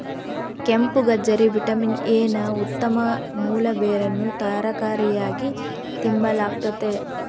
ಕೆಂಪುಗಜ್ಜರಿ vitamin A ನ ಉತ್ತಮ ಮೂಲ ಬೇರನ್ನು ತರಕಾರಿಯಾಗಿ ತಿಂಬಲಾಗ್ತತೆ